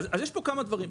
יש פה כמה דברים.